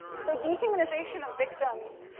so, dehumanization of victims,